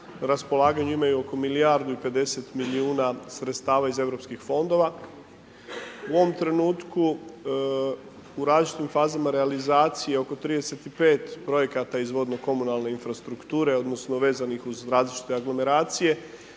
raspolaganja imaju oko milijardu i 50 milijuna sredstava iz europskih fondova. U ovom trenutku u različitim fazama realizacije oko 35 projekata iz vodno komunalne infrastrukture, odnosno, vezanih uz različita aglomeracije,